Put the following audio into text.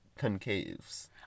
concaves